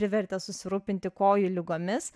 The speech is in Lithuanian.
privertė susirūpinti kojų ligomis